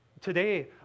today